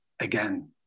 again